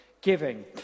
giving